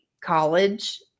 college